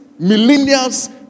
Millennials